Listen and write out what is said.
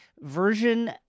version